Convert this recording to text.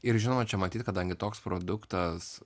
ir žinoma čia matyt kadangi toks produktas